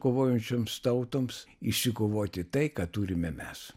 kovojančioms tautoms išsikovoti tai ką turime mes